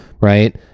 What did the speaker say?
right